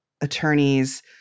attorneys